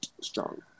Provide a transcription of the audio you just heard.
strong